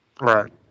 Right